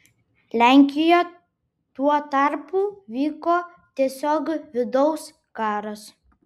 lenkijoje tuo tarpu vyko tiesiog vidaus karas